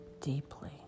deeply